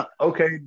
okay